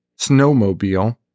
snowmobile